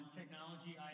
technology